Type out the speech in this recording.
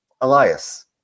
Elias